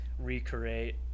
recreate